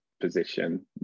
position